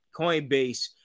Coinbase